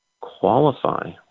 qualify